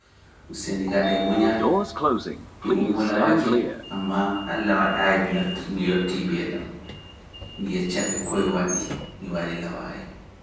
Useni ngaɗee munyal, mi ummilawake ammaa Allah waɗaayi mi yotti - mi yottii bee law, mi yecca-ɓe koye waɗi mi warilawaayi.